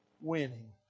winning